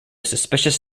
suspicious